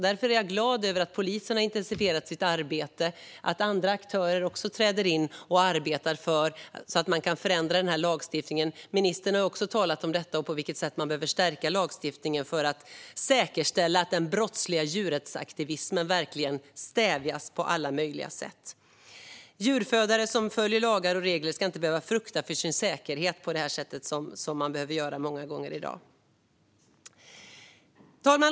Därför är jag glad över att polisen har intensifierat sitt arbete och att andra aktörer också träder in och arbetar för att man ska kunna förändra lagstiftningen. Ministern har också talat om detta och på vilket sätt man behöver stärka lagstiftningen för att säkerställa att den brottsliga djurrättsaktivismen verkligen stävjas på alla möjliga sätt. Djuruppfödare som följer lagar och regler ska inte behöva frukta för sin säkerhet på det sätt de många gånger behöver göra i dag. Fru talman!